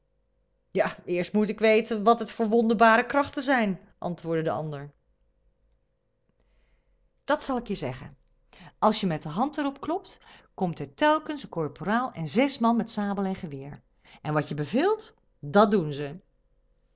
kleedje eerst moet ik weten wat het voor wonderbare krachten zijn antwoordde de andere dat zal ik je zeggen als je met de hand er op klopt komt er telkens een korporaal en zes man met sabel en geweer en wat je beveelt dat doen ze